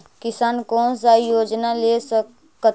किसान कोन सा योजना ले स कथीन?